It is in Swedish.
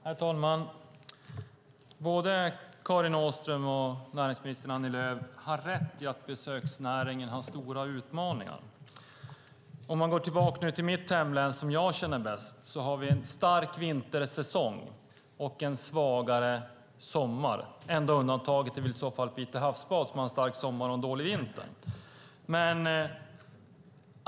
Herr talman! Både Karin Åström och näringsminister Annie Lööf har rätt i att besöksnäringen har stora utmaningar. I mitt hemlän som jag känner bäst har vi en stark vintersäsong och en svagare sommarsäsong. Enda undantaget är Pite havsbad som har en stark sommarsäsong och en dålig vintersäsong.